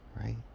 right